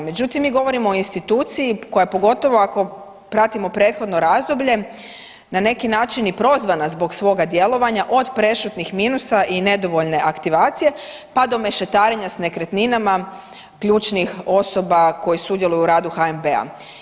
Međutim, mi govorimo o instituciji koja je pogotovo ako pratimo prethodno razdoblje na neki način i prozvana zbog svoga djelovanja od prešutnih minusa i nedovoljne aktivacije pa do mešetarenja s nekretninama ključnih osoba koje sudjeluju u radu HNB-a.